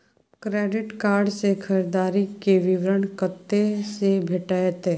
Credit card से खरीददारी के विवरण कत्ते से भेटतै?